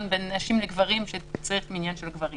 בין נשים לגברים כשצריך מניין של גברים.